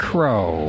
Crow